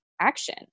action